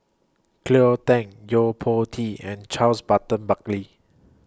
Cleo Thang Yo Po Tee and Charles Burton Buckley